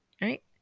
right